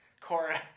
Cora